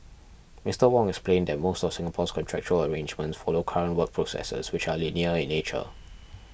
Mr Wong explained that most of Singapore's contractual arrangements follow current work processes which are linear in nature